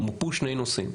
מופו שני נושאים